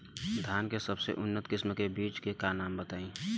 धान के सबसे उन्नत किस्म के बिज के नाम बताई?